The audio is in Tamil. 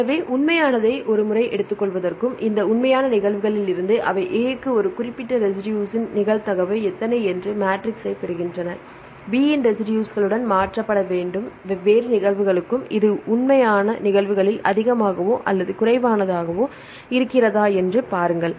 எனவே உண்மையானதை ஒரு முறை எடுத்துக்கொள்வதற்கும் இந்த உண்மையான நிகழ்வுகளிலிருந்து அவை A க்கு ஒரு குறிப்பிட்ட ரெசிடுஸ்ஸின் நிகழ்தகவு எத்தனை என்று மெட்ரிக்ஸைப் பெறுகின்றன B இன் ரெசிடுஸ்களுடன் மாற்றப்பட வேண்டும் வெவ்வேறு நிகழ்வுகளுக்கு இது உண்மையான நிகழ்வுகளில் அதிகமாகவோ அல்லது குறைவாகவோ இருக்கிறதா என்று பாருங்கள்